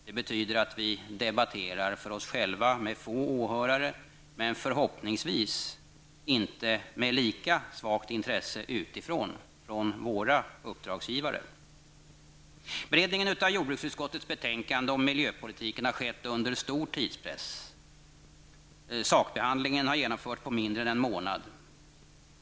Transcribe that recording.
Det betyder att vi debatterar för oss själva med få åhörare, men förhoppningsvis inte med lika svagt intresse utifrån, från våra uppdragsgivare. Beredningen av jordbruksutskottets betänkande om miljöpolitiken har skett under stor tidspress. Sakbehandlingen har genomförts på mindre än en månad.